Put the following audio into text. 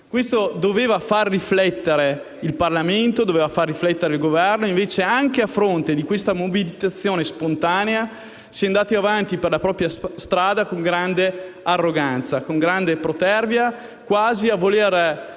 Questo doveva far riflettere il Parlamento e il Governo e, invece, anche di fronte a questa mobilitazione spontanea, si è andati avanti per la propria strada con grande arroganza, con grande protervia, quasi a voler